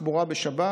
תחבורה בשבת